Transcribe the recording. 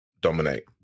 Dominate